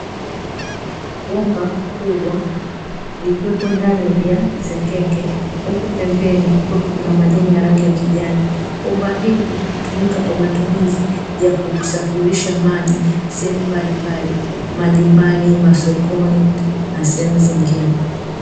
Bomba kubwa likiwepo ndani ya sengenge, huku pembeni kukiwepo na majani ya rangi ya kijani. Bomba hili hutumika kwa matumizi ya kusafirisha maji sehemu mbalimbali majumbani, masokoni, na sehemu zingine.